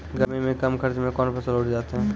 गर्मी मे कम खर्च मे कौन फसल उठ जाते हैं?